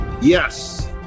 Yes